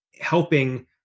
helping